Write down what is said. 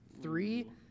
Three